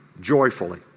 joyfully